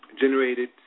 generated